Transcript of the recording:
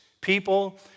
people